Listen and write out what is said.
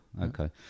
okay